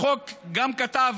החוק, וגם כתב